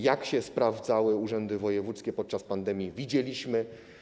Jak się sprawdzały urzędy wojewódzkie podczas pandemii, widzieliśmy.